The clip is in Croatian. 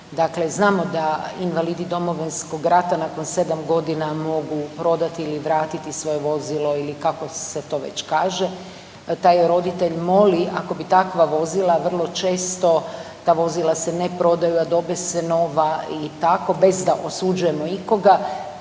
znamo da invalidi Domovinskog rata nakon 7 godina mogu prodati ili vratiti svoje vozilo ili kako se to već kaže. Taj roditelj moli, ako bi takva vozila vrlo često ta vozila se ne prodaju, a dobe se nova, i tako, bez da osuđujemo ikoga,